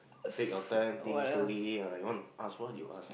make your turn think slowly you want ask loh you ask